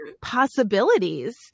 possibilities